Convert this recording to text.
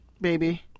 baby